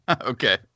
Okay